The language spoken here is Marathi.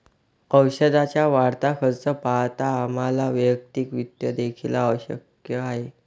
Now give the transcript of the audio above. औषधाचा वाढता खर्च पाहता आम्हाला वैयक्तिक वित्त देखील आवश्यक आहे